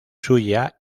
suya